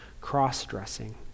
cross-dressing